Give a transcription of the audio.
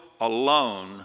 alone